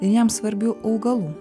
ir jam svarbių augalų